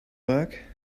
work